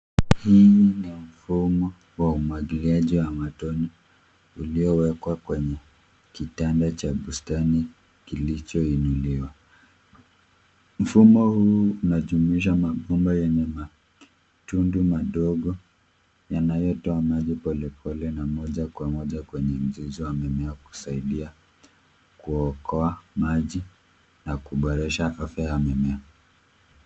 Hii ni mfumo wa umwagiliaji wa matone uliowekwa kwenye kitanda cha bustani kilichoinuliwa. Mfumo huu unajumuisha mabomba yenye matundu madogo yanayotoa maji polepole na moja kwa moja kwenye mzizi wa mimea kusaidia kuokoa maji na kuboresha afya ya mimea.